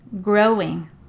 growing